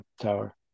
tower